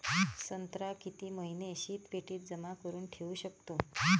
संत्रा किती महिने शीतपेटीत जमा करुन ठेऊ शकतो?